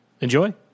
enjoy